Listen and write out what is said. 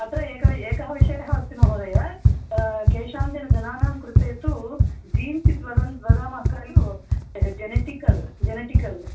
अत्र एकवि एकः विषयः अस्ति महोदय केषाञ्चन जनानां कृते तु जीन्स् इति वदन् वदामः खलु जेनेटिकल् जनेटिकल्